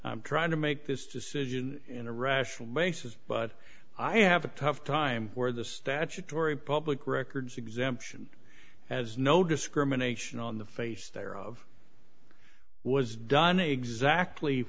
i'm trying to make this decision in a rational basis but i have a tough time for the statutory public records exemption as no discrimination on the face there of was done exactly